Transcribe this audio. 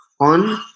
on